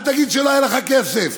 אל תגיד שלא היה לך כסף,